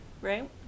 right